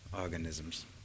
organisms